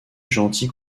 gentil